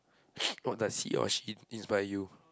what does he or she inspire you